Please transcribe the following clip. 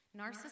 narcissism